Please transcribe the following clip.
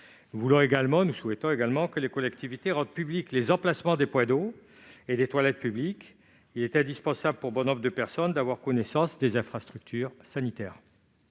Nous souhaitons également que les collectivités rendent publics les emplacements des points d'eau et des toilettes publiques. La plupart des personnes ont besoin d'avoir connaissance des infrastructures sanitaires.